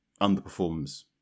underperforms